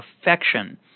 affection